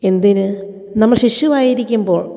എന്തിന് നമ്മൾ ശിശു ആയിരിക്കുമ്പോൾ